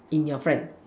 in your friend